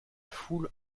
foule